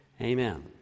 Amen